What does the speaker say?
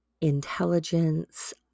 intelligence